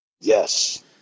Yes